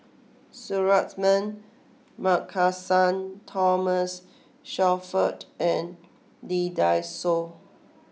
Suratman Markasan Thomas Shelford and Lee Dai Soh